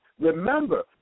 Remember